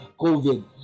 COVID